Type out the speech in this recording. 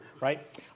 Right